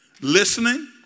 Listening